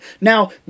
Now